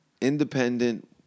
Independent